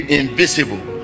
invisible